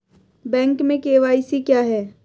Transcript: Bank में KYC क्या है?